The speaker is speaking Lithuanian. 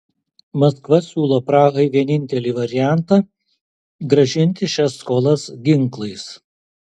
maskva siūlo prahai vienintelį variantą grąžinti šias skolas ginklais